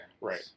right